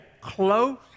close